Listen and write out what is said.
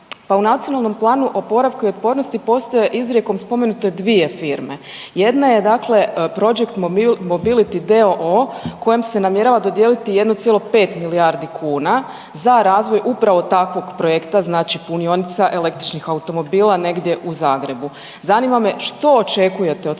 pa u Nacionalnom planu oporavka i otpornosti postoje izrijekom spomenute dvije firme. Jedna je dakle Project mobility d.o.o. kojem se namjerava dodijeliti kojem se namjerava dodijeliti 1,5 milijardi kuna za razvoj upravo takvog projekta znači punionica električnih automobila negdje u Zagrebu. Zanima me što očekujete od